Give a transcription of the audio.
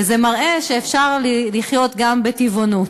וזה מראה שאפשר לחיות גם בטבעונות.